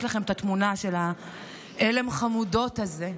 לכם את התמונה של עלם החמודות הזה,